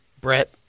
Brett